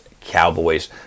Cowboys